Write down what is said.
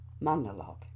monologue